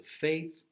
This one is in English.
faith